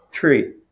three